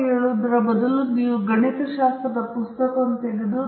ನಾವು ಇದನ್ನು ಮೌ ಎಂದು ಕೂಡ ಕರೆಯಬಹುದು ಆದರೆ ಇಲ್ಲಿ ಅದನ್ನು ಎಕ್ಸ್ ಬಾರ್ ಎಂದು ತೋರಿಸಲಾಗಿದೆ